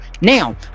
Now